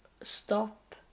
stop